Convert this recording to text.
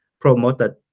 promoted